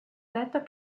detto